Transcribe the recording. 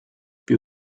wir